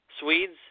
Swedes